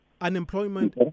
Unemployment